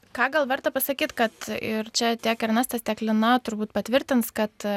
ką gal verta pasakyt kad ir čia tiek ernestas tiek lina turbūt patvirtins kad